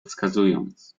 wskazując